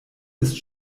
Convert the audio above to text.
ist